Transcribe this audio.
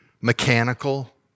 mechanical